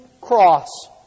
cross